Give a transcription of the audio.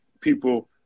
people –